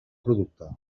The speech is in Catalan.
producte